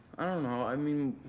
i don't know, i mean,